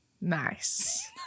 Nice